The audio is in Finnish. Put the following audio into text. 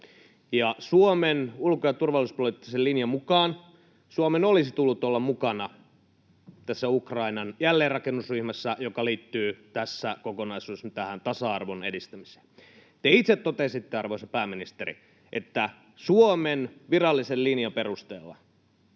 Suomen ulko- ja turvallisuuspoliittisen linjan mukaan Suomen olisi tullut olla mukana tässä Ukrainan jälleenrakennusryhmässä, joka liittyy tässä kokonaisuudessa nyt tähän tasa-arvon edistämiseen. Te itse totesitte, arvoisa pääministeri, että Suomen virallisen linjan perusteella